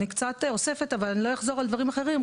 אני קצת אוספת אבל אני לא אחזור על דברים אחרים,